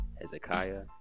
Hezekiah